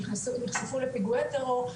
שנחשפו לפגועי טרור,